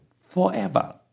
forever